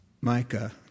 Micah